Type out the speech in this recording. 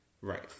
Right